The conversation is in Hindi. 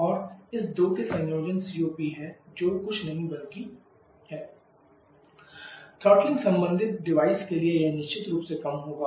और इस दो के संयोजन COP है जो कुछ नहीं बल्कि है COPQEWC थ्रॉटलिंग संबंधित डिवाइस के लिए यह निश्चित रूप से कम होगा